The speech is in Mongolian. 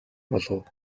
болов